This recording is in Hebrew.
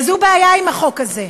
וזו בעיה עם החוק הזה.